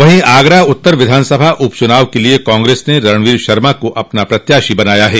वहीं आगरा उत्तर विधानसभा उप चुनाव के लिये कांग्रेस ने रणवोर शर्मा को अपना प्रत्याशी बनाया है